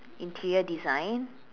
interior design